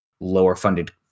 lower-funded